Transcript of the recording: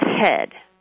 head